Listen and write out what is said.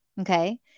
Okay